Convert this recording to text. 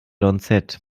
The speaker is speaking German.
komplett